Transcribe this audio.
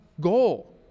goal